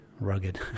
Rugged